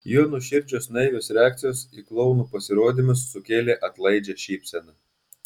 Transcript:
jų nuoširdžios naivios reakcijos į klounų pasirodymus sukėlė atlaidžią šypseną